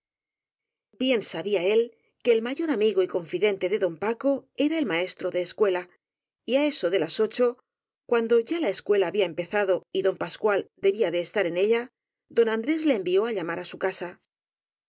bien sabía él que el mayor amigo y confidente de don paco era el maestro de escuela y á eso de las ocho cuando ya la escuela había empezado y don pascual debía de estar en ella don andrés le envió á llamar á su casa